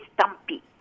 stumpy